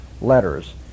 letters